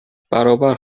برابر